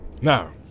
Now